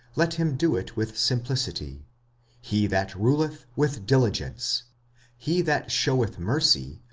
let him do it with simplicity he that ruleth, with diligence he that sheweth mercy,